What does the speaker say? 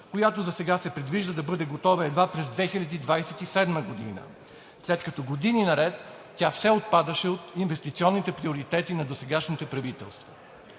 която засега се предвижда да бъде готова едва през 2027 г., след като години наред тя все отпадаше от инвестиционните приоритети на досегашните правителства.